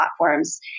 platforms